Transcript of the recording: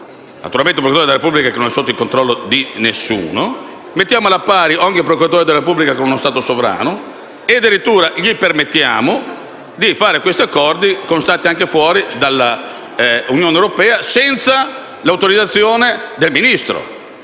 naturalmente i procuratori della Repubblica sono sotto il controllo di nessuno - mettiamo alla pari ogni procuratore della Repubblica con uno Stato sovrano e addirittura gli permettiamo di fare questi accordi anche con Stati al di fuori dell'Unione europea, senza l'autorizzazione del Ministro.